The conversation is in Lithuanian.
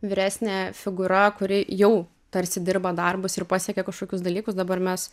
vyresnė figūra kuri jau tarsi dirba darbus ir pasiekė kažkokius dalykus dabar mes